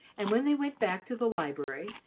and when they went back to the library,